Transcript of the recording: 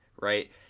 right